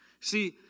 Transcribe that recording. See